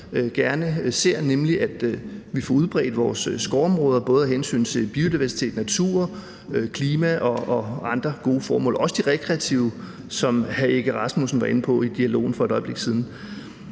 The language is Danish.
gerne ser, nemlig at vi får udbredt vores skovområder, både af hensyn til biodiversitet, natur, klima og andre gode formål, også de rekreative, som hr. Søren Egge Rasmussen var inde på i dialogen for et øjeblik siden.